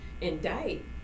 indict